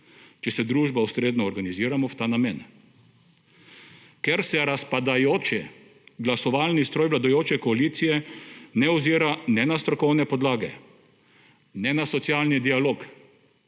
če se družba ustrezno organizira v ta namen. Ker se razpadajoče glasovalni stroj vladajoče koalicije ne ozira ne na strokovne podlage, ne na socialni dialog,